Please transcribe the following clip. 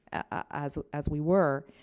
and as as we were.